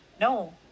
no